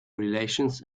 relations